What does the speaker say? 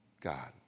God